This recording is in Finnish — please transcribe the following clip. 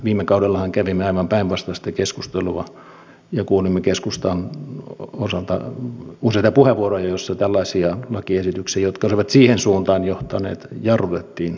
viime kaudellahan kävimme aivan päinvastaista keskustelua ja kuulimme keskustan osalta useita puheenvuoroja joissa tällaisia lakiesityksiä jotka olisivat siihen suuntaan johtaneet jarrutettiin voimakkaasti